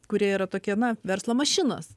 kurie yra tokie na verslo mašinos